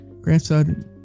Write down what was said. grandson